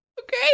Okay